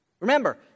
Remember